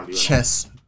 Chess